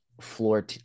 floor